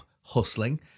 hustling